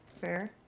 fair